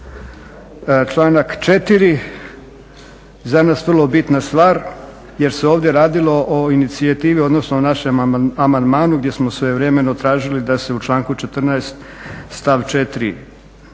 Članak 4. za nas vrlo bitna stvar jer se ovdje radilo o inicijativi, odnosno našem amandmanu gdje smo svojevremeno tražili da se u članku 14. stav 4. briše,